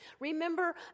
Remember